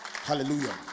Hallelujah